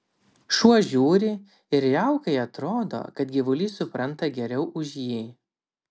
šuo žiūri ir riaukai atrodo kad gyvulys supranta geriau už jį